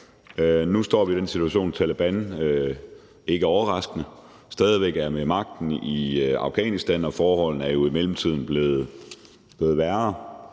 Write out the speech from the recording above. Nu står vi i den situation, at Taleban ikke overraskende stadig væk er ved magten i Afghanistan, og forholdene er jo i mellemtiden blevet værre